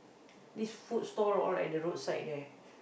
this food stall all at the roadside there